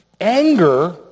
anger